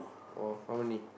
!wah! how many